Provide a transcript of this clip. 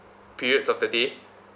periods of the day